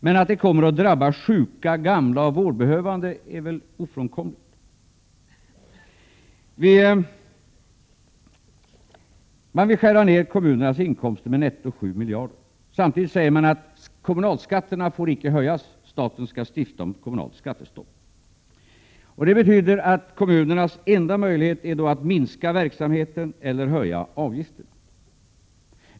Men att sjuka, gamla och vårdbehövande kommer att drabbas är väl ofrånkomligt. Man vill alltså skära ned kommunernas inkomster med netto 7 miljarder. Samtidigt säger man att kommunalskatterna icke får höjas. Staten skall lagstifta om kommunalt skattestopp. Kommunernas enda alternativ är då att minska verksamheten eller höja avgifterna.